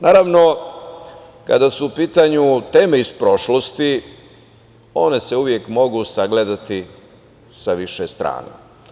Naravno, kada su u pitanju teme iz prošlosti, one se uvek mogu sagledati sa više strana.